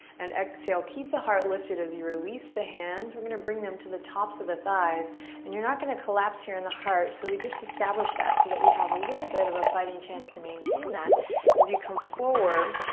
and exhale, keep the heart lifted as you release the hands. we're gonna bring them to the tops of the thighs and you're not gonna collapse here in the heart. so we just established that so that we have a little bit of a fighting chance to maintain that as you come forward.